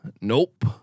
Nope